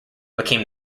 became